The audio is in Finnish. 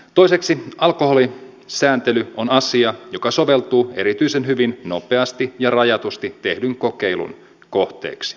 toiseksi alkoholisääntely on asia joka soveltuu erityisen hyvin nopeasti ja rajatusti tehdyn kokeilun kohteeksi